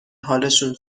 حالشون